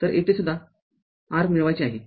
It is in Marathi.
तरयेथे सुद्धा r मिळाले आहे